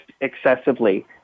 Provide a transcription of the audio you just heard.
excessively